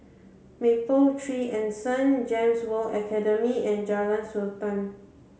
Mapletree Anson GEMS World Academy and Jalan Sultan